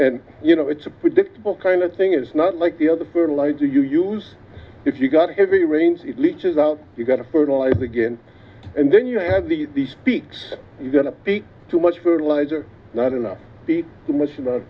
and you know it's a predictable kind of thing it's not like the other fertilizer you use if you've got heavy rains it leaches out you've got to fertilize again and then you have these these peaks is going to be too much fertiliser not enough too much and that